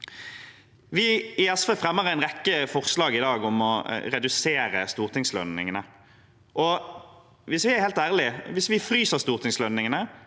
Vi i SV fremmer i dag en rekke forslag om å redusere stortingslønningene. Hvis vi er helt ærlige: Hvis vi fryser stortingslønningene,